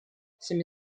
semi